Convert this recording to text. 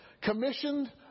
commissioned